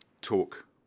talk